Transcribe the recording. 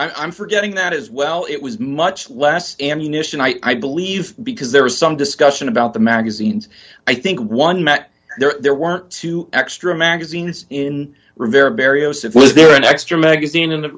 i'm forgetting that as well it was much less ammunition i believe because there was some discussion about the magazines i think one met there were two extra magazines in rivera barrios it was there an extra magazine in the